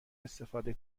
استفاده